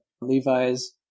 Levi's